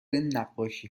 نقاشی